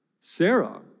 Sarah